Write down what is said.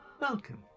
Welcome